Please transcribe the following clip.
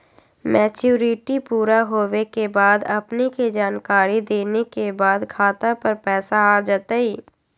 Maturity पुरा होवे के बाद अपने के जानकारी देने के बाद खाता पर पैसा आ जतई?